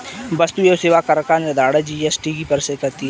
वस्तु एवं सेवा कर का निर्धारण जीएसटी परिषद करती है